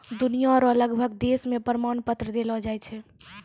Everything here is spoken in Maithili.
दुनिया रो लगभग देश मे प्रमाण पत्र देलो जाय छै